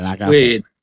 Wait